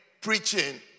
preaching